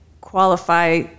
qualify